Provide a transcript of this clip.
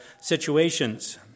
situations